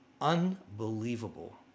unbelievable